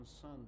Son